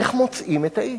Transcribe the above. איך מוצאים את האיש?